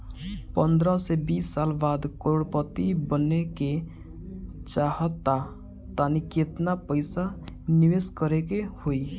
पंद्रह से बीस साल बाद करोड़ पति बने के चाहता बानी केतना पइसा निवेस करे के होई?